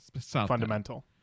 fundamental